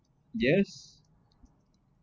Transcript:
yes